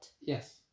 yes